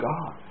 God